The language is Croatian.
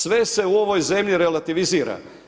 Sve se u ovoj zemlji relativizira.